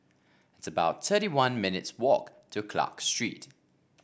it's about thirty one minutes' walk to Clarke Street